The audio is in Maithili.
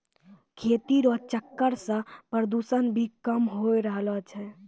खेती रो चक्कर से प्रदूषण भी कम होय रहलो छै